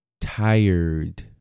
tired